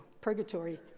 purgatory